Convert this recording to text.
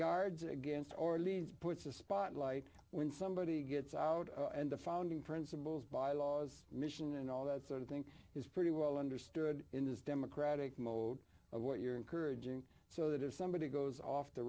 guards against orleans puts a spotlight when somebody gets out and the founding principles by laws mission and all that sort of thing is pretty well understood in this democratic mode of what you're encouraging so that if somebody goes off the